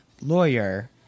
lawyer